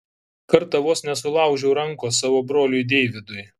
kartą vos nesulaužiau rankos savo broliui deividui